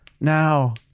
Now